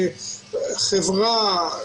חברה,